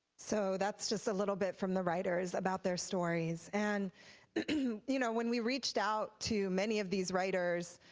so that's just a little bit from the writers about their stories. and you know when we reached out to many of these writers,